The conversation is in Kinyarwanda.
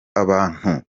abantu